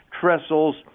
Trestle's